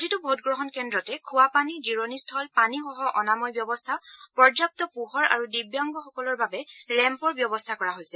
প্ৰতিটো ভোটগ্ৰহণ কেন্দ্ৰতে খোৱাপানী জিৰণিস্থল পানীসহঅনাময় ব্যৱস্থা পৰ্যাপ্ত পোহৰ আৰু দিব্যাংগসকলৰ বাবে ৰেম্পৰ ব্যৱস্থা কৰা হৈছে